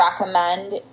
recommend